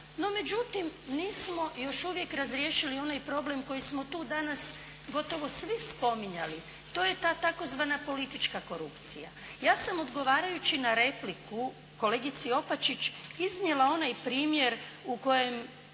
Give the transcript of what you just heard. no međutim nismo još uvijek razriješili onaj problem koji smo tu danas gotovo svi spominjali. To je ta tzv. politička korupcija. Ja sam odgovarajući na repliku kolegici Opačić iznijela onaj primjer u kojem